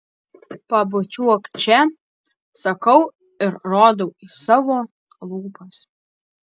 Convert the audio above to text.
pabučiuok čia sakau ir rodau į savo lūpas